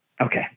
okay